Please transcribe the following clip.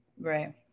Right